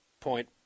point